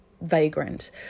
vagrant